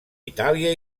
itàlia